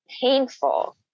painful